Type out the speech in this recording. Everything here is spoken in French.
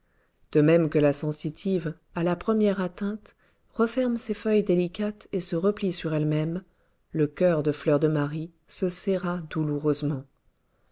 de même que la sensitive à la première atteinte referme ses feuilles délicates et se replie sur elle-même le coeur de fleur de marie se serra douloureusement